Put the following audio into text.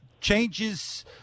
changes –